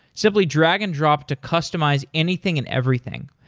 simply drag and drop to customize anything and everything.